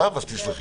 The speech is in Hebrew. זאת אומרת שזה יהיה